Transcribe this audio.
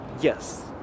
Yes